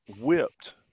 whipped